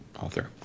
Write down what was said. author